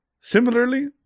Similarly